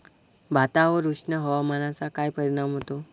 भातावर उष्ण हवामानाचा काय परिणाम होतो?